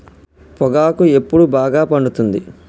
పొగాకు ఎప్పుడు బాగా పండుతుంది?